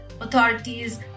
authorities